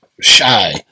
shy